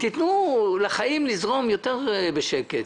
תתנו לחיים לזרום יותר בשקט.